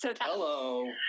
Hello